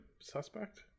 suspect